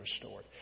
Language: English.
restored